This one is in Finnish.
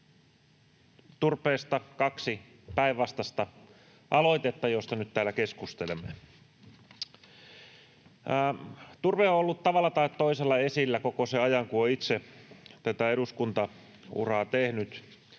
turpeesta kaksi päinvastaista aloitetta, joista nyt täällä keskustelemme. Turve on ollut tavalla tai toisella esillä koko sen ajan, kun olen itse tätä eduskuntauraa tehnyt,